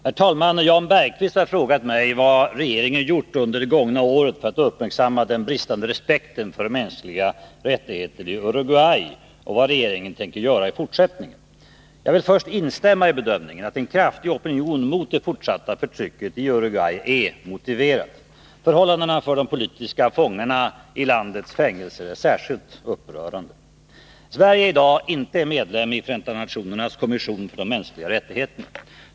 Herr talman! Jan Bergqvist har frågat mig vad regeringen gjort under det gångna året för att uppmärksamma den bristande respekten för mänskliga rättigheter i Uruguay och vad regeringen tänker göra i fortsättningen. Jag vill först instämma i bedömningen att en kraftig opinion mot det fortsatta förtrycket i Uruguay är motiverad. Förhållandena för de politiska fångarna i landets fängelser är särskilt upprörande. Sverige är i dag inte medlem i FN:s kommission för de mänskliga rättigheterna.